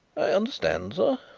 i understand, sir.